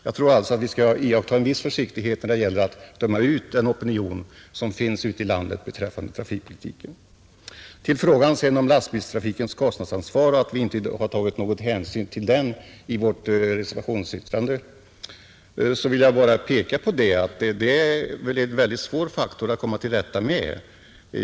Jag tror alltså att vi skall iaktta en viss försiktighet när det gäller att döma ut den opinion som finns ute i landet beträffande trafikpolitiken, I frågan om att vi inte tagit någon hänsyn till lastbilstrafikens kostnadsansvar i vårt reservationsyttrande vill jag bara peka på att det är en faktor som är mycket svår att komma till rätta med.